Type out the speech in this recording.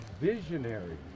visionary